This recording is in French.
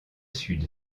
sud